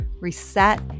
reset